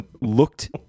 looked